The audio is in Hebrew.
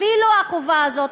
אפילו החובה הזאת,